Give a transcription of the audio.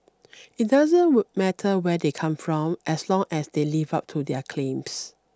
it doesn't matter where they come from as long as they live up to their claims